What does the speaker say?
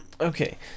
Okay